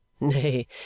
nay